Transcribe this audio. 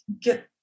get